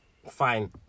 Fine